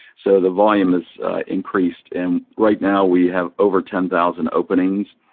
so the volume has increased. and, right now, we have over ten thousand openings.